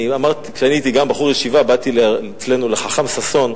כשאני הייתי גם בחור ישיבה באתי אצלנו לחכם ששון,